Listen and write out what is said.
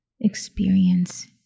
experience